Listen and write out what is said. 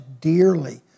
dearly